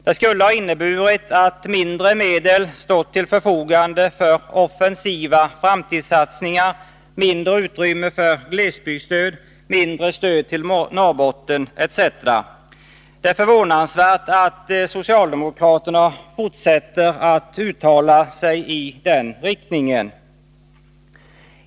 Detta skulle ha inneburit att mindre medel stått till förfogande för offensiva framtidssatsningar, mindre utrymme för glesbygdsstöd, mindre stöd till Norrbotten etc. Det är förvånansvärt att socialdemokraterna fortsätter att uttala sig i den riktningen.